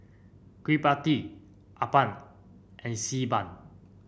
Kueh Pie Tee appam and Xi Ban